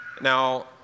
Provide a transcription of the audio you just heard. Now